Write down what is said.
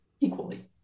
equally